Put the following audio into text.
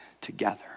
together